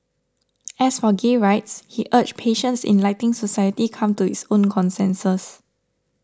as for gay rights he urged patience in letting society come to its own consensus